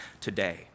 today